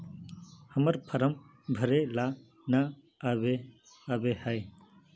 हम्मर फारम भरे ला न आबेहय?